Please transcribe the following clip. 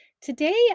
Today